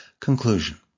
Conclusion